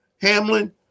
Hamlin